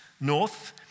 north